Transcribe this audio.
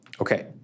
Okay